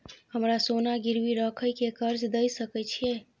हमरा सोना गिरवी रखय के कर्ज दै सकै छिए?